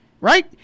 right